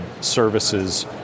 services